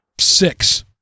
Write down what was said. six